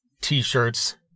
t-shirts